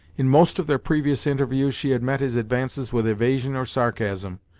in most, of their previous interviews she had met his advances with evasion or sarcasm,